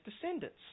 descendants